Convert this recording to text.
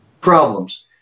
problems